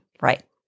Right